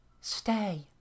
Stay